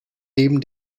neben